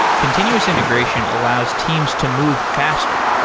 continuous integration allows teams to move faster.